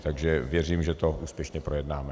Takže věřím, že to úspěšně projednáme.